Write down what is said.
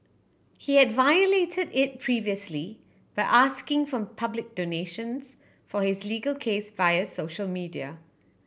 he had violated it previously by asking for public donations for his legal case via social media